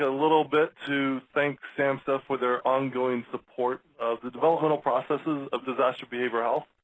ah little bit to thank samhsa for their ongoing support of the developmental processes of disaster behavioral health.